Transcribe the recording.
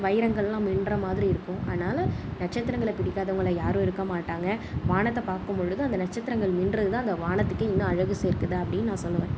வைரங்கள்லாம் மின்னுற மாதிரி இருக்கும் அதனால் நட்சத்திரங்களை பிடிக்காதவங்கள்லாம் யாரும் இருக்க மாட்டாங்க வானத்தை பார்க்கும்பொழுது அந்த நட்சத்திரங்கள் மின்னுறதுதான் அந்த வானத்துக்கு இன்னும் அழகு சேர்க்குது அப்படின்னு நான் சொல்வேன்